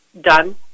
done